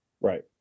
Right